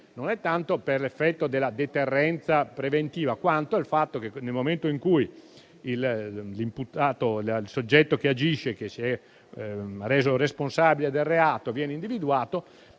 non tanto per l'effetto di deterrenza preventiva, quanto per il fatto che nel momento in cui il soggetto che si è reso responsabile del reato viene individuato